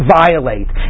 violate